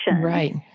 Right